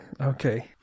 okay